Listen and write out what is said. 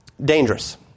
Dangerous